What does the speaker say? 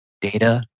data